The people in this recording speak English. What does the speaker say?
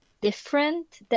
different